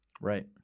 Right